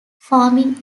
farming